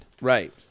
right